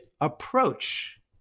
approach